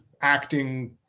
acting